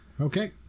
Okay